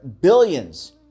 billions